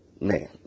man